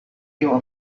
you